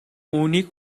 үүнийг